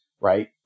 Right